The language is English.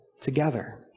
together